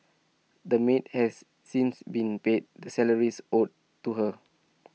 the maid has since been paid the salaries owed to her